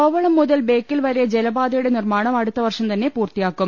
കോവളം മുതൽ ബേക്കൽ വരെ ജലപാതയുടെ നിർമ്മാണം അടുത്ത വർഷം തന്നെ പൂർത്തിയാക്കും